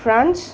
France